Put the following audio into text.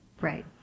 Right